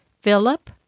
Philip